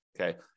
Okay